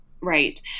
Right